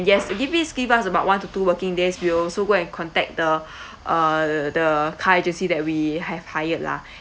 yes give please give us about one to two days we'll also go and contact the uh the car agency that we have hired lah